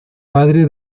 padre